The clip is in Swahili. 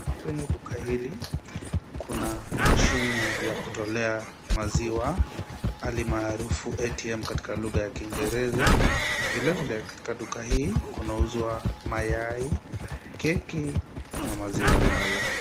Kwenye duka hili kuna mashine ya kutolea maziwa, almaarufu ATM katika lugha ya Kiingereza. Vilevile katika duka hii kunauzwa mayai, keki na maziwa lala.